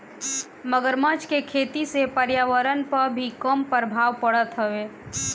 मगरमच्छ के खेती से पर्यावरण पअ भी कम प्रभाव पड़त हवे